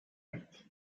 night